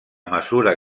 mesura